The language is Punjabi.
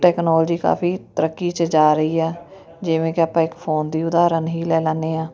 ਟੈਕਨੋਲਜੀ ਕਾਫੀ ਤਰੱਕੀ 'ਚ ਜਾ ਰਹੀ ਆ ਜਿਵੇਂ ਕਿ ਆਪਾਂ ਇੱਕ ਫੋਨ ਦੀ ਉਦਾਹਰਨ ਹੀ ਲੈ ਲੈਂਦੇ ਹਾਂ